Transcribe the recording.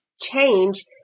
change